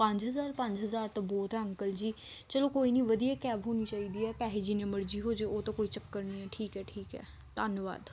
ਪੰਜ ਹਜ਼ਾਰ ਪੰਜ ਹਜ਼ਾਰ ਤਾਂ ਬਹੁਤ ਹੈ ਅੰਕਲ ਜੀ ਚਲੋ ਕੋਈ ਨਹੀਂ ਵਧੀਆ ਕੈਬ ਹੋਣੀ ਚਾਹੀਦੀ ਹੈ ਪੈਸੇ ਜਿੰਨੇ ਮਰਜ਼ੀ ਹੋ ਜੇ ਉਹ ਤਾਂ ਕੋਈ ਚੱਕਰ ਨਹੀਂ ਠੀਕ ਹੈ ਠੀਕ ਹੈ ਧੰਨਵਾਦ